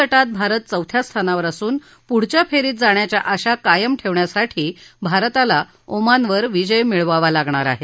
गटात भारत चौथ्या स्थानावर असून पुढच्या फेरीत जाण्याच्या आशा कायम ठेवण्यासाठी भारताला ओमानवर विजय मिळवावा लागणार आहे